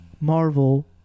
Marvel